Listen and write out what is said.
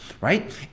right